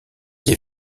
les